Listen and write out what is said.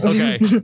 Okay